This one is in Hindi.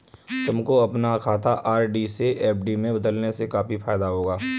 तुमको अपना खाता आर.डी से एफ.डी में बदलने से काफी फायदा होगा